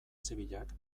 zibilak